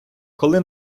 коли